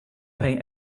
pay